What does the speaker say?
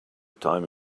time